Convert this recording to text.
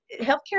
healthcare